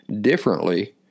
differently